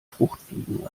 fruchtfliegen